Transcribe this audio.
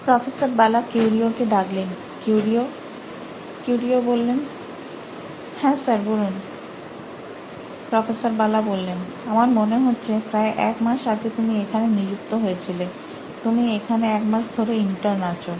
professor Bala কিউরিও কিউরিও হ্যাঁ স্যার বলুন প্রফেসর বালা আমার মনে হচ্ছে প্রায় এক মাস আগে তুমি এখানে নিযুক্ত হয়েছিলে তুমি এখানে এক মাস ধরে ইন্টার্ন আছো